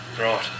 Right